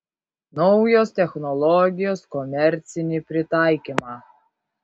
naujos technologijos komercinį pritaikymą